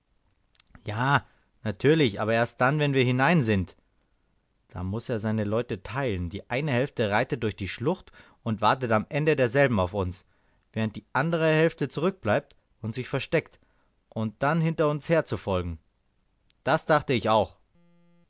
ja natürlich aber erst dann wenn wir hinein sind da muß er seine leute teilen die eine hälfte reitet durch die schlucht und wartet am ende derselben auf uns während die andere hälfte zurückbleibt und sich versteckt um dann hinter uns her zu folgen das dachte ich auch